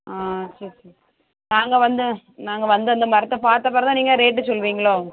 ஆ சரி சரி நாங்கள் வந்து நாங்கள் வந்து அந்த மரத்தை பார்த்த பிறவு தான் நீங்கள் ரேட்டு சொல்லுவீங்களோ